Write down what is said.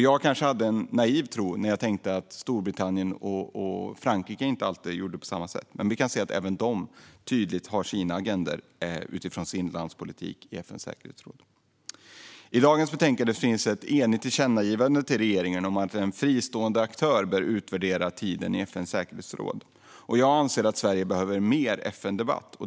Jag kanske hade en naiv tilltro när jag tänkte att Storbritannien och Frankrike inte alltid gör på det sättet, för vi kan se att även de har sina tydliga agendor i FN:s säkerhetsråd utifrån sina länders politik. I dagens betänkande finns ett enigt tillkännagivande till regeringen om att en fristående aktör bör utvärdera tiden i FN:s säkerhetsråd. Jag anser att Sverige behöver mer FN-debatt.